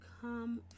come